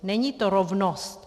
Není to rovnost.